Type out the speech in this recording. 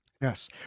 Yes